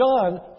John